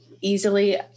easily